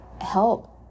help